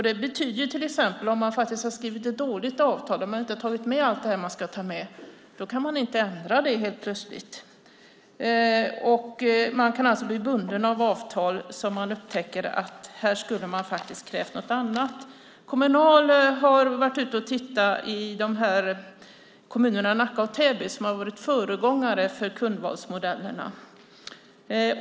Det betyder att om man till exempel har skrivit ett dåligt avtal och inte har tagit med allt som man ska ta med kan man helt plötsligt inte ändra det. Man kan alltså bli bunden av avtal fast man upptäcker att man skulle ha krävt något annat. Kommunal har varit ute och tittat i kommunerna Nacka och Täby, som har varit föregångare för kundvalsmodellerna.